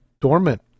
dormant